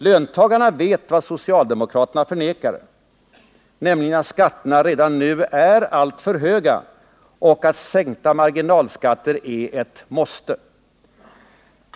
Löntagarna vet vad socialdemokraterna förnekar, nämligen att skatterna redan nu är alltför höga och att sänkta marginalskatter är ett måste.